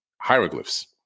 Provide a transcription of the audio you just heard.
hieroglyphs